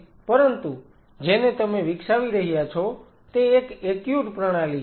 પરંતુ જેને તમે વિકસાવી રહ્યા છો તે એક એક્યુટ પ્રણાલી છે